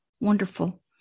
wonderful